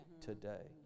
today